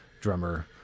drummer